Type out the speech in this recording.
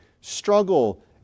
struggle